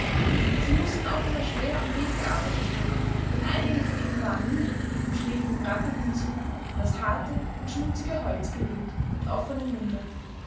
sie mußten offenbar schwer am weg gearbeitet haben denn einige von ihnen waren müde und schliefen im ratternden zug an das harte und schmutzige holz gelehnt mit offenem munde